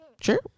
sure